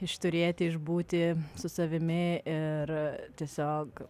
išturėti išbūti su savimi ir tiesiog